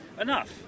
Enough